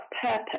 purpose